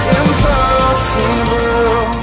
impossible